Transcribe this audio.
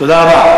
תודה רבה.